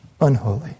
unholy